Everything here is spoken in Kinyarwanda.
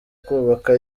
kubaka